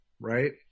right